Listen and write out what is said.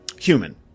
Human